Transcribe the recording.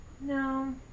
No